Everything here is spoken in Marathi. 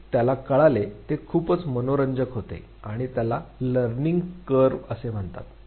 जे त्याला कळले ते खूपच मनोरंजक होते आणि त्याला लर्निंग कर्व्ह असे म्हणतात